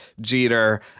Jeter